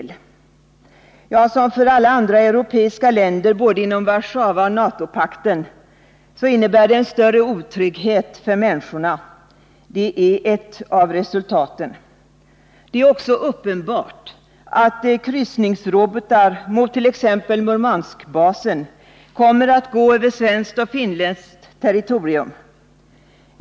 Ja, som för alla andra europeiska länder både inom 185 Warszawapakten och inom NATO innebär lokaliseringen större otrygghet för människorna. Det är ett av resultaten. Det är också uppenbart att kryssningsrobotar mot t.ex. Murmanskbasen kommer att gå över svenskt och finländskt territorium.